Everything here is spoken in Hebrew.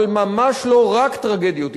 אבל ממש לא רק טרגדיות אישיות.